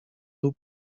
lub